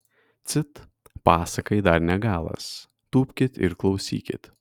cit pasakai dar ne galas tūpkit ir klausykit